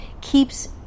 keeps